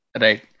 right